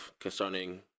concerning